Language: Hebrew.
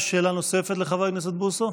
יש שאלה נוספת לחבר הכנסת בוסו.